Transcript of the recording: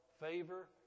favor